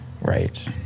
right